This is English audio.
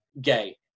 Gay